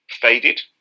faded